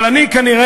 אבל אני כנראה,